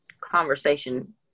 conversation